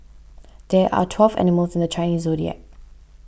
there are twelve animals in the Chinese zodiac